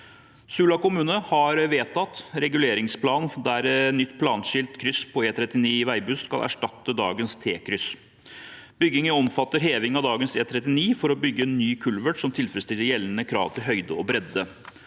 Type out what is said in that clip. Sula kommune har vedtatt en reguleringsplan der et nytt planskilt kryss på E39 ved Veibust skal erstatte dagens T-kryss. Byggingen omfatter heving av dagens E39 for å bygge en ny kulvert som tilfredsstiller gjeldende krav til høyde og bredde.